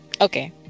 Okay